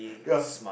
ya